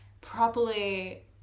properly